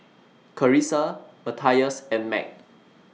Carisa Matthias and Meg